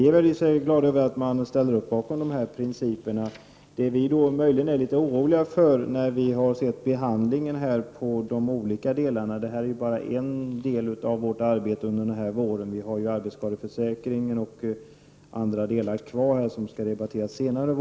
I och för sig är vi glada över att man ställer upp bakom de principer som vi har föreslagit. Det här är emellertid bara en del av vårt arbete under våren. Vi har ju arbetsskadeförsäkringen och annat kvar, som skall debatteras senare i vår.